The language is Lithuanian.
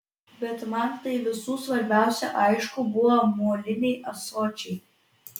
bet man tai visų svarbiausia aišku buvo moliniai ąsočiai